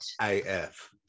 AF